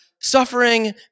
suffering